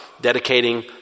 dedicating